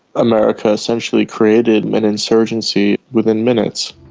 america essentially created an insurgency within minutes.